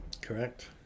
Correct